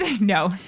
no